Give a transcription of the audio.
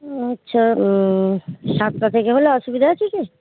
আচ্ছা সাতটা থেকে হলে অসুবিধা আছে কি